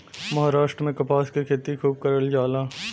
महाराष्ट्र में कपास के खेती खूब करल जाला